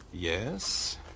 Yes